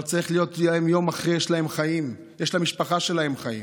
אבל יום אחרי יש להם חיים, יש למשפחה שלהם חיים.